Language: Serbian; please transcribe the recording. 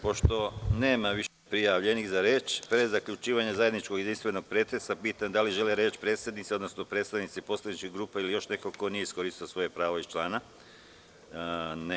Pošto nema više prijavljenih za reč, pre zaključivanja zajedničkog jedinstvenog pretresa, pitam da li žele reč predsednici, odnosno ovlašćeni predstavnici poslaničkih grupa ili još neko ko nije iskoristio svoje pravo iz člana 96.